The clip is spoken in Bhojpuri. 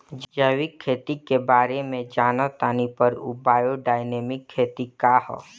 जैविक खेती के बारे जान तानी पर उ बायोडायनमिक खेती का ह?